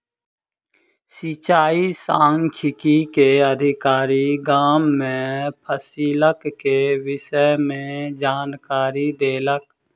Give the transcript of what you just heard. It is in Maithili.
सिचाई सांख्यिकी से अधिकारी, गाम में फसिलक के विषय में जानकारी देलक